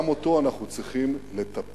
גם בו אנחנו צריכים לטפל,